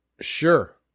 Sure